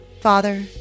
Father